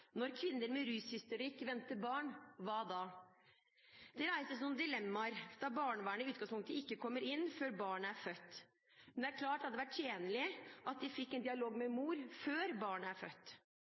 Når kvinner med rushistorikk venter barn, hva da? Det reises noen dilemmaer når barnevernet i utgangspunktet ikke kommer inn før barnet er født. Det er klart at det hadde vært tjenlig at de fikk en dialog med mor før barnet er født.